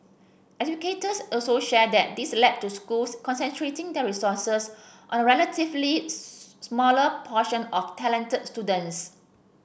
educators also shared that this led to schools concentrating their resources on a relatively smaller portion of talented students